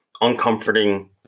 uncomforting